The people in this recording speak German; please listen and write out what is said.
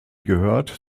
gehört